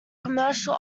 commercial